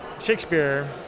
Shakespeare